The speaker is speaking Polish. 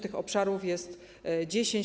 Tych obszarów jest 10.